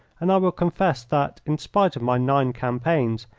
and i will confess that, in spite of my nine campaigns,